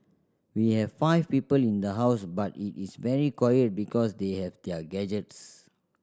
we have five people in the house but it is very quiet because they have their gadgets